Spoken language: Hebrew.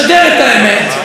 החליטו להחרים אותי.